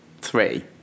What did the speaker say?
three